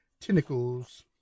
tentacles